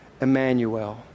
Emmanuel